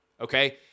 okay